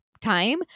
time